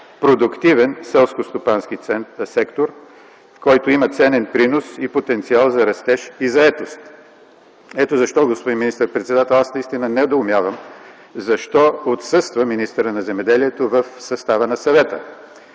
продуктивен селскостопански сектор, който има ценен принос и потенциал за растеж и заетост. Ето защо, господин министър-председател, аз наистина недоумявам защо отсъства министърът на земеделието в състава на съвета?